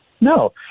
No